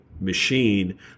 machine